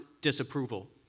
disapproval